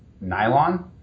nylon